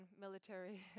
military